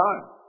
time